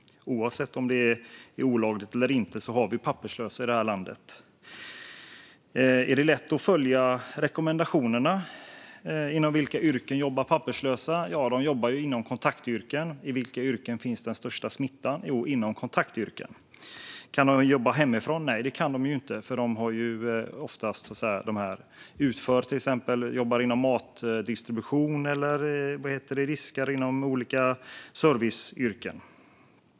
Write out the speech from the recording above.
Oavsett om det är olagligt eller inte har vi papperslösa i detta land. Är det lätt att följa rekommendationerna? Inom vilka yrken jobbar papperslösa? De jobbar inom kontaktyrken. I vilka yrken finns den största smittan? Jo, den finns inom kontaktyrken. Kan de jobba hemifrån? Nej, det kan de inte, eftersom de oftast jobbar inom matdistribution och olika serviceyrken.